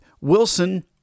Wilson